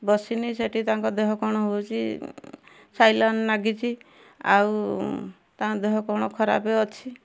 ବସିନି ସେଇଠି ତାଙ୍କ ଦେହ କ'ଣ ହଉଛି ସାଇଲନ ନାଗିଛି ଆଉ ତାଙ୍କ ଦେହ କ'ଣ ଖରାପେ ଅଛି